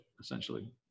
essentially